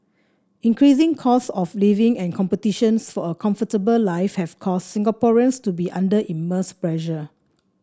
increasing costs of living and competitions for a comfortable life have caused Singaporeans to be under immense pressure